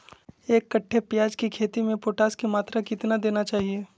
एक कट्टे प्याज की खेती में पोटास की मात्रा कितना देना चाहिए?